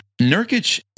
Nurkic